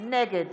נגד